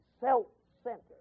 self-centered